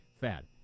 Fad